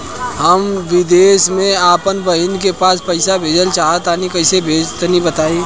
हम विदेस मे आपन बहिन के पास पईसा भेजल चाहऽ तनि कईसे भेजि तनि बताई?